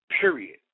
period